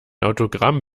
autogramm